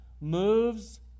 moves